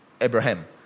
Abraham